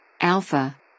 Alpha